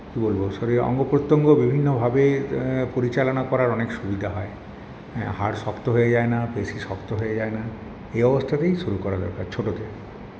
কী বলবো শরীরের অঙ্গপ্রত্যঙ্গ বিভিন্নভাবে পরিচালনা করার অনেক সুবিধা হয় হাড় শক্ত হয়ে যায়না পেশী শক্ত হয়ে যায়না এ অবস্থাতেই শুরু করা দরকার ছোটো থেকেই